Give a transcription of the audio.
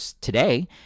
today